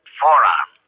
forearm